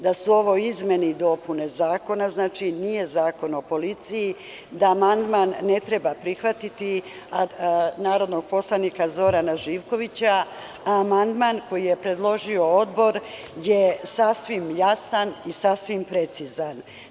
Da su ovo izmene i dopune zakona, znači nije Zakon o Policiji, da amandman narodnog poslanika Zorana Živkovića ne treba prihvatiti, a amandman koji je predložio Odbor je sasvim jasan i sasvim precizan.